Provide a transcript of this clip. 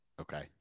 Okay